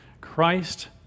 Christ